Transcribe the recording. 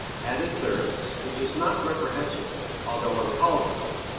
added thirds, which is not reprehensible, although uncalled for.